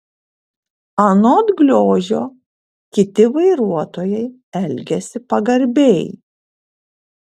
anot gliožio kiti vairuotojai elgiasi pagarbiai